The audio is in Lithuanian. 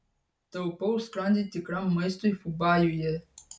taupau skrandį tikram maistui fubajuje